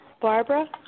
Barbara